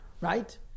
right